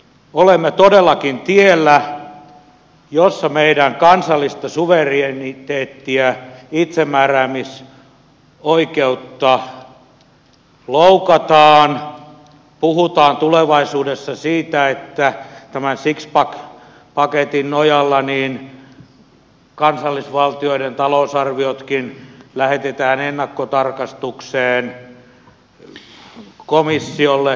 olemme todellakin tiellä jolla meidän kansallista suvereniteettia itsemääräämisoikeutta loukataan puhutaan tulevaisuudessa siitä että tämän sixpack paketin nojalla kansallisvaltioiden talousarviotkin lähetetään ennakkotarkastukseen komissiolle